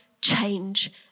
change